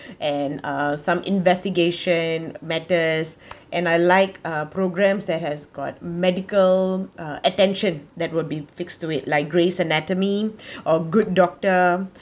and uh some investigation matters and I like uh programs that has got medical uh attention that would be fixed to it like grey's anatomy or good doctor